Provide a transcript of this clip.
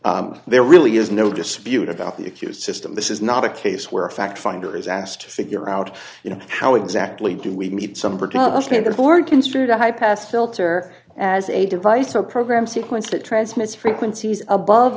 there really is no dispute about the accused system this is not a case where a fact finder is asked to figure out you know how exactly do we meet some of the board considered a high pass filter as a device or program sequence that transmits frequencies above